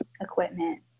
equipment